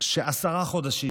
שעשרה חודשים